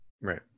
right